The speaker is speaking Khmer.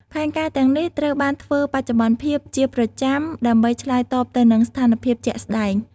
ផែនការទាំងនេះត្រូវបានធ្វើបច្ចុប្បន្នភាពជាប្រចាំដើម្បីឆ្លើយតបទៅនឹងស្ថានភាពជាក់ស្តែង។